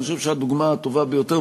ואני חושב שהדוגמה הטובה ביותר,